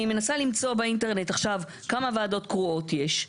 אני מנסה למצוא באינטרנט כמה ועדות קרואות יש.